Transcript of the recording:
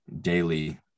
daily